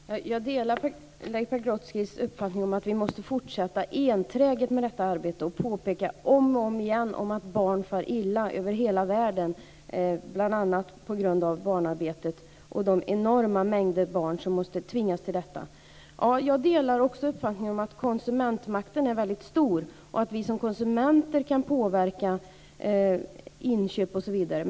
Fru talman! Jag delar Leif Pagrotskys uppfattning om att vi måste fortsätta enträget med detta arbete och om och om igen påpeka att barn far illa över hela världen, bl.a. på grund av barnarbetet och de enorma mängder av barn som tvingas till detta. Jag delar också uppfattningen att konsumentmakten är väldigt stor och att vi som konsumenter kan påverka inköp osv.